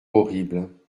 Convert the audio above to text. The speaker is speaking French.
horrible